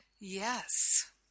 Yes